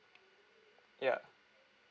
yeah